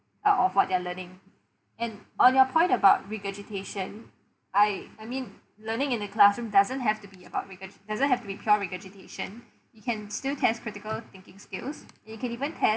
are of what their learning and on your point about regurgitation I I mean learning in the classroom doesn't have to be about reg~ doesn't have to be pure regurgitation you can still test critical thinking skills it can even ten~